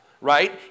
right